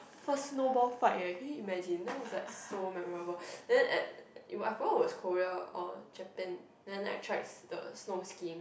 first no ball fight leh can you imagine that was like so memorable then when I found was Korea or Japan then I tried the snow skiing